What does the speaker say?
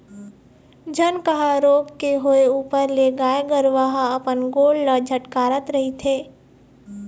झनकहा रोग के होय ऊपर ले गाय गरुवा ह अपन गोड़ ल झटकारत रहिथे